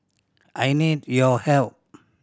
I need your help